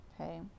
Okay